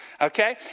okay